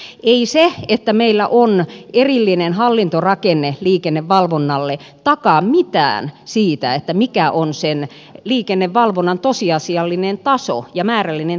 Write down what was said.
ei se että meillä on erillinen hallintorakenne liikennevalvonnalle takaa mitään siitä mikä on sen liikennevalvonnan tosiasiallinen taso ja määrällinen taso